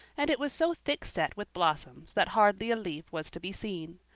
and it was so thick-set with blossoms that hardly a leaf was to be seen.